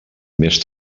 més